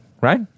right